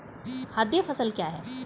खाद्य फसल क्या है?